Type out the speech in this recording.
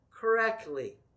correctly